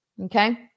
Okay